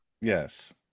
yes